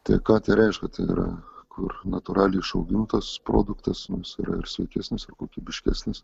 tai ką reiškia tai yra kur natūraliai išaugintas produktas mums ir sunkesnis ir kokybiškesnis